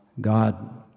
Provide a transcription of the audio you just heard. God